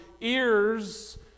ears